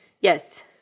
Yes